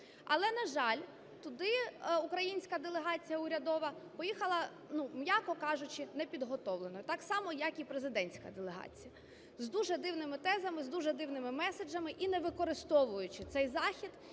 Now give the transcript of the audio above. Але, на жаль, туди українська делегація урядова поїхала, м'яко кажучи, не підготовленою, так само, як і президентська делегація, з дуже дивними тезами, з дуже дивними меседжами і не використовуючи цей захід